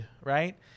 right